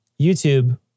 YouTube